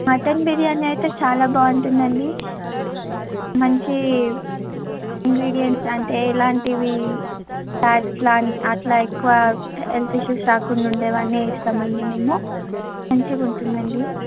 mutton biryani అయితే చాలా బాగుంటుందండి మంచి ఇంగ్రీడియంట్స్ అంటే ఎలాంటివి ఆట్లా అట్ల ఎక్కువ హెల్త్ ఇష్యూస్ రాకుండుండేవన్నీ వేస్తామండి మేము మంచిగుంటుందండి